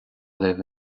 libh